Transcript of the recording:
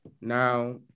Now